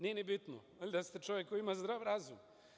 Nije ni bitno, valjda ste čovek koji ima zdrav razum.